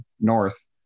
North